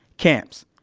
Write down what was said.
camps,